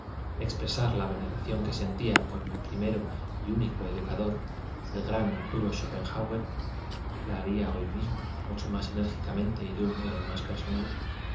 expresar la veneración que sentía por mí prim ero y único educa dor el gran árturo schopenhauer la haria hoy mis mo mucho más enérgicamente y de un modo más per